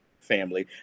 family